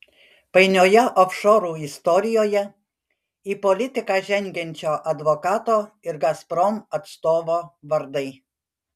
painioje ofšorų istorijoje į politiką žengiančio advokato ir gazprom atstovo vardai